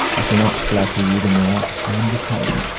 i shall not flatter you the more, i am determined.